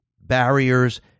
barriers